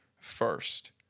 first